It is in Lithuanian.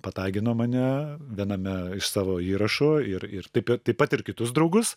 patagino mane viename iš savo įrašų ir ir taip ir taip pat ir kitus draugus